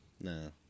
no